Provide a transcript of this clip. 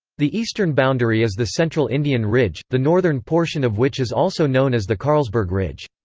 the eastern boundary is the central indian ridge, the northern portion of which is also known as the carlsberg ridge.